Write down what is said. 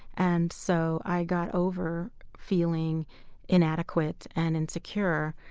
and so, i got over feeling inadequate and insecure,